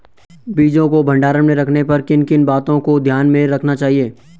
बीजों को भंडारण में रखने पर किन किन बातों को ध्यान में रखना चाहिए?